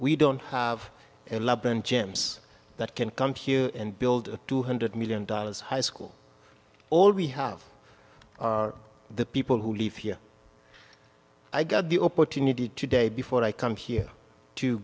we don't have a lebron james that can come here and build a two hundred million dollars high school all we have are the people who live here i got the opportunity today before i come here to